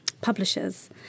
publishers